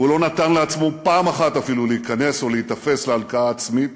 הוא לא נתן לעצמו פעם אחת אפילו להיכנס או להיתפס להלקאה עצמית